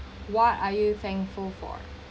what are you thankful for